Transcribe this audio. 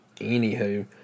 Anywho